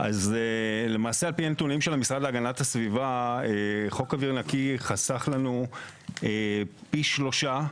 הנתונים של המשרד להגנת הסביבה חוק אוויר נקי חסך לנו פי 3,